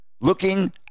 looking